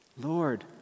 Lord